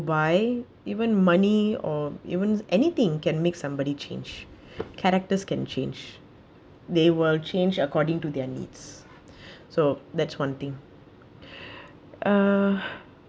why even money or even anything can make somebody change characters can change they will change according to their needs so that's one thing uh